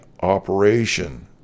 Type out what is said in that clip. operation